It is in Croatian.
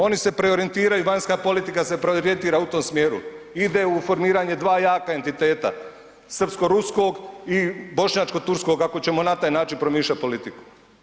Oni se preorijentiraju, vanjska politika se preorijentira u tom smjeru, ide u formiranje dva jaka entiteta, srpsko-ruskog i bošnjačko-turskog ako ćemo na taj način promišljat politiku.